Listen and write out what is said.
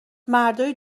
مردای